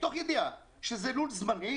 מתוך ידיעה שזה לול זמני,